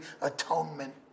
atonement